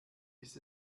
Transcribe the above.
ist